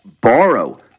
borrow